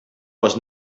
was